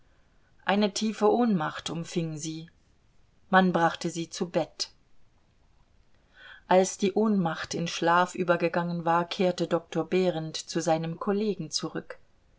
eine tiefe ohnmacht umfing sie man brachte sie zu bett als die ohnmacht in schlaf übergegangen war kehrte doktor behrend zu seinem kollegen zurück